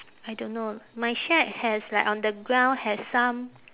I don't know my shack has like on the ground has some